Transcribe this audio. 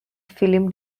film